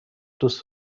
دوست